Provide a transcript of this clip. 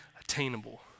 attainable